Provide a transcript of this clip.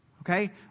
okay